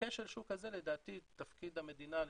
ובכשל השוק הזה לדעתי תפקיד המדינה לטפל,